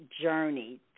journey